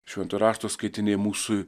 šventojo rašto skaitiniai mūsų